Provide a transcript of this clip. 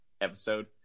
episode